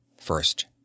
first